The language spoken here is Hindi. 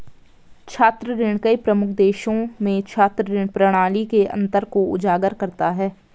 छात्र ऋण कई प्रमुख देशों में छात्र ऋण प्रणाली के अंतर को उजागर करता है